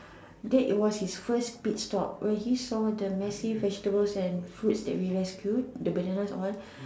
that was his first pit stop when he say the massive vegetables and fruits we rescued the bananas all